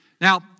Now